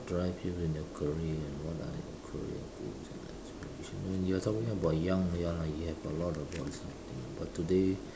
drive you in your career and what are your career goals and expiration when you are talking about young ya lah you have a lot things but today